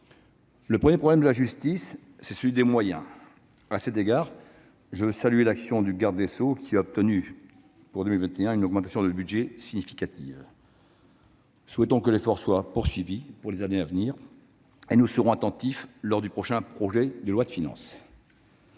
Le premier problème de la justice, c'est celui des moyens. À cet égard, je veux saluer l'action du garde des sceaux, qui a obtenu pour 2021 une augmentation de budget significative. Nous souhaitons que l'effort soit poursuivi pour les années à venir. Nous y serons attentifs lors de l'examen du prochain projet de loi de finances.